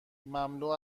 مملو